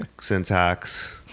syntax